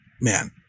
man